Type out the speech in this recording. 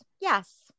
yes